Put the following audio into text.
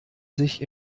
sich